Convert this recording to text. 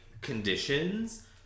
conditions